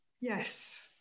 Yes